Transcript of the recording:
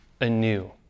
anew